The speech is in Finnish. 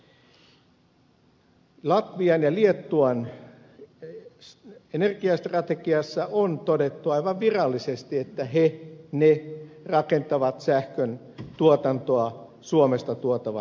latvian ja liettuan energiastrategiassa on todettu aivan virallisesti että ne rakentavat sähköntuotantoa suomesta tuotavan sähkön varaan